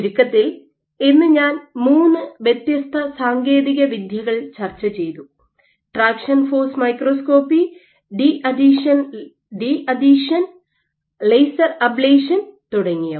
ചുരുക്കത്തിൽ ഇന്ന് ഞാൻ മൂന്ന് വ്യത്യസ്ത സാങ്കേതിക വിദ്യകൾ ചർച്ചചെയ്തു traction force microscopy deadhesion laser ablation traction force microscopy deadhesion and laser ablation തുടങ്ങിയവ